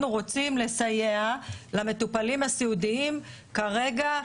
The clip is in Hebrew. אנחנו רוצים לסייע למטופלים הסיעודיים כרגע,